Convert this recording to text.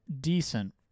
decent